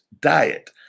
diet